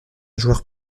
joueur